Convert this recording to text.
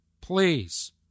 Please